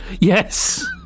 Yes